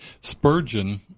Spurgeon